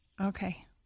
Okay